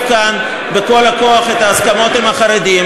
כאן בכל הכוח את ההסכמות עם החרדים,